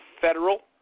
federal